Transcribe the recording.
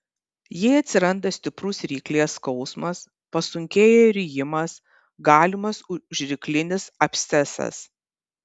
jei atsiranda stiprus ryklės skausmas pasunkėja rijimas galimas užryklinis abscesas